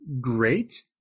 great